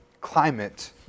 climate